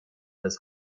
des